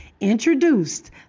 introduced